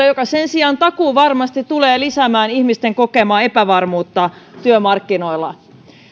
joka sen sijaan takuuvarmasti tulee lisäämään ihmisten kokemaa epävarmuutta työmarkkinoilla